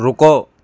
رکو